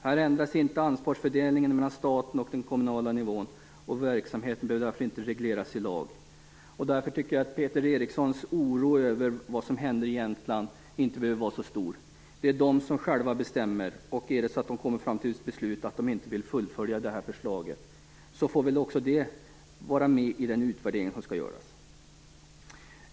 Här ändras inte ansvarsfördelningen mellan staten och den kommunala nivån. Verksamheten behöver därför inte regleras i lag. Därför tycker jag att Peter Erikssons oro över vad som händer i Jämtland inte behöver vara så stor. Det är de själva som bestämmer. Om de kommer fram till beslutet att de inte vill fullfölja försöket får även det vara med i den utvärdering som skall göras.